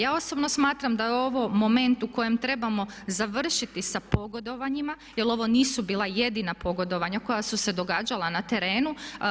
Ja osobno smatram da je ovo moment u kojem trebamo završiti sa pogodovanjima, jer ovo nisu bila jedina pogodovanja koja su se događala na terenu.